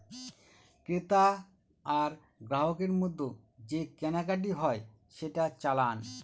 ক্রেতা আর গ্রাহকের মধ্যে যে কেনাকাটি হয় সেটা চালান